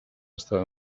està